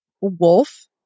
wolf